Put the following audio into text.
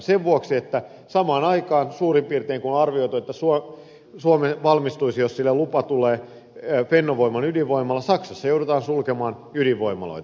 sen vuoksi että samaan aikaan suurin piirtein kun on arvioitu että suomeen valmistuisi jos sille lupa tulee fennovoiman ydinvoimala saksassa joudutaan sulkemaan ydinvoimaloita